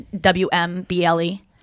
W-M-B-L-E